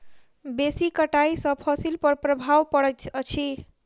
बेसी कटाई सॅ फसिल पर प्रभाव पड़ैत अछि